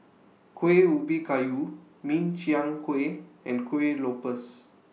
Kuih Ubi Kayu Min Chiang Kueh and Kuih Lopes